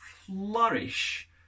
Flourish